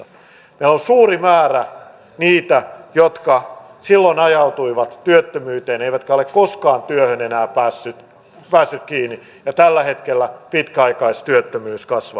meillä on suuri määrä niitä jotka silloin ajautuivat työttömyyteen eivätkä ole koskaan työhön enää päässeet kiinni ja tällä hetkellä pitkäaikaistyöttömyys kasvaa